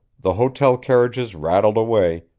the hotel carriages rattled away,